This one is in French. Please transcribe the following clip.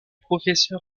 professeur